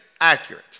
accurate